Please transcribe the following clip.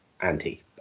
anti